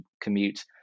commute